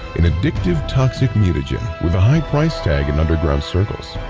an addictive, toxic mutagen with a high price tag in underground circles.